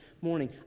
morning